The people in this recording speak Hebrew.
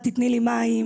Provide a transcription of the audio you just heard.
תיתני לי מים",